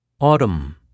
Autumn